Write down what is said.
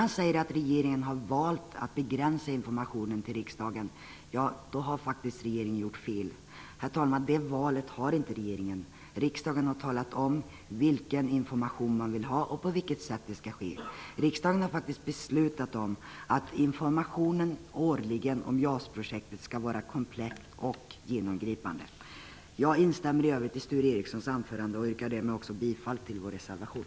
Han säger att regeringen har valt att begränsa informationen till riksdagen. Då har regeringen gjort fel. Det valet har inte regeringen. Riksdagen har talat om vilken information man vill ha och på vilket sätt. Riksdagen har beslutat om att informationen årligen om JAS-projektet skall vara komplett och genomgripande. Jag instämmer i övrigt i Sture Ericsons anförande och yrkar bifall till vår reservation.